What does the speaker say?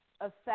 affect